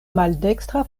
maldekstra